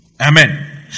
amen